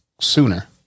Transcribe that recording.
sooner